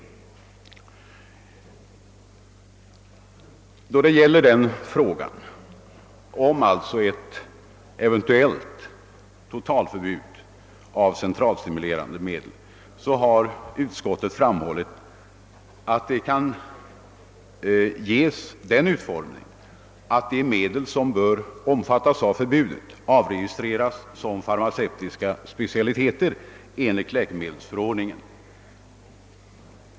När det gäller den frågan har utskottet framhållit att ett förbud kan ges den utformningen att de medel som bör omfattas av detsamma inregistreras som farmacevtiska specialister enligt läkemedelsförordningen.